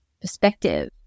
perspective